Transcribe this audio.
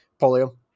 Polio